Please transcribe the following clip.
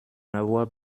n’avoir